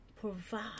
provide